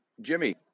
Jimmy